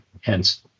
hence